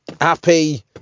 happy